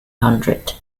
hundred